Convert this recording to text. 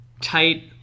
tight